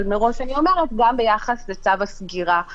אבל מראש אני אומרת גם ביחס לצו הסגירה המינהלי.